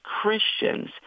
Christians